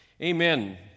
amen